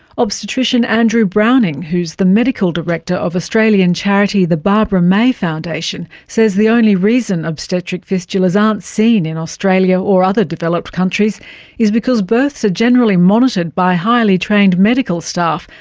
obstetrician andrew browning who is the medical director of australian charity the barbara may foundation says the only reason obstetric fistulas aren't seen in australia or other developed countries is because births are generally monitored by highly trained medical staff,